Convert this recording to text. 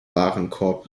warenkorb